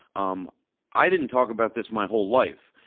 um i didn't talk about this my whole life.